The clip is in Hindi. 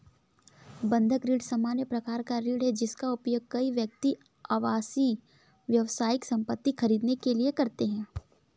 बंधक ऋण सामान्य प्रकार का ऋण है, जिसका उपयोग कई व्यक्ति आवासीय, व्यावसायिक संपत्ति खरीदने के लिए करते हैं